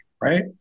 right